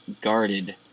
guarded